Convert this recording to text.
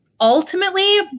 ultimately